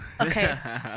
okay